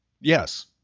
Yes